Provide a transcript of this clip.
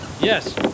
Yes